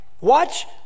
watch